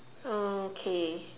okay